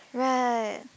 why